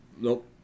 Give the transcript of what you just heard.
Nope